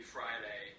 Friday